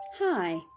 Hi